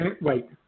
Wait